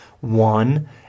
One